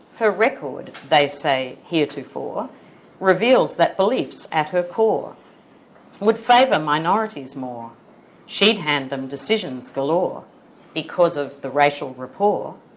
her record, they say, heretofore reveals that beliefs at her core would favor ah minorities more she'd hand them decisions galore because of the racial rapport.